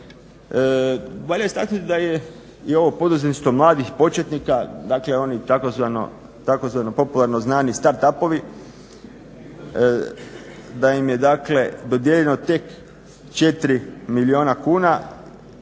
Valja istaknuti da je i ovo poduzetništvo mladih početnika, dakle oni tzv. popularno znani start upovi, da im je dakle dodijeljeno tek 4 milijuna kuna